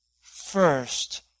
first